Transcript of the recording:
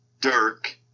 Dirk